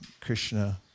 Krishna